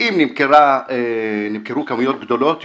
אם נמכרו כמויות גדולות יותר,